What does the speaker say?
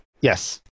Yes